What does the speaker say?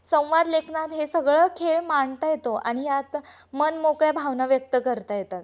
संवादलेखनात हे सगळं खेळ मांडता येतो आणि यात मनमोकळ्या भावना व्यक्त करता येतात